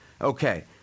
Okay